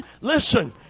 Listen